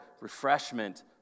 refreshment